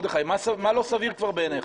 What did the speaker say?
מה לא סביר בעיניך?